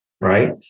right